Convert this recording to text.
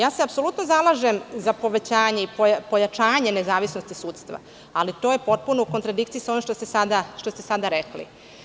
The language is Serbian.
Apsolutno se zalažem za povećanje i pojačanje nezavisnosti sudstva, ali to je potpuno u kontradikciji sa onim što ste sada rekli.